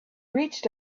reached